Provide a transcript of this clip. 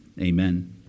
Amen